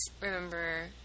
remember